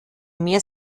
mehr